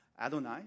Adonai